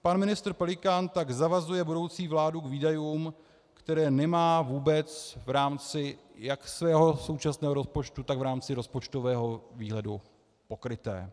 Pan ministr Pelikán tak zavazuje budoucí vládu k výdajům, které nemá vůbec v rámci jak svého současného rozpočtu, tak v rámci rozpočtového výhledu, pokryté.